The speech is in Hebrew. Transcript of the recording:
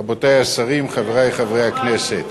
רבותי השרים, חברי חברי הכנסת,